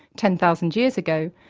ten thousand years ago,